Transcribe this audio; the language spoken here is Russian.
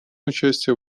участие